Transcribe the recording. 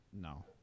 No